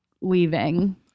leaving